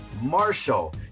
Marshall